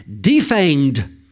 defanged